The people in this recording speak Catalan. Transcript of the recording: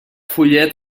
follet